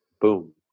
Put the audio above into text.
Boom